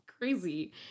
Crazy